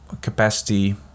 capacity